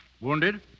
Wounded